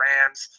Rams